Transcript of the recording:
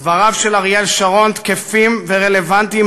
דבריו של אריאל שרון תקפים ורלוונטיים